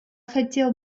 хотел